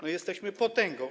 No, jesteśmy potęgą.